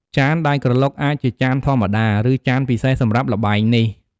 ចានដែលក្រឡុកអាចជាចានធម្មតា ឬចានពិសេសសម្រាប់ល្បែងនេះ។